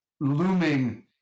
looming